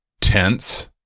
tense